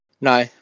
No